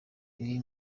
iri